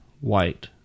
white